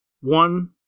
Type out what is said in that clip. one